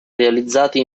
realizzati